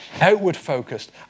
outward-focused